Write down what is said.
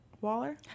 Waller